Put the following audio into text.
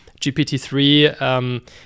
GPT-3